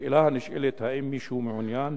השאלה הנשאלת: האם מישהו מעוניין